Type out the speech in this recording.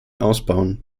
ausbauen